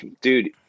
dude